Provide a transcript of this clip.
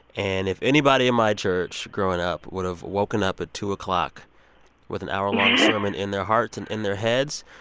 and if anybody in my church growing up would have woken up at two o'clock with an hour-long sermon in their hearts and in their heads,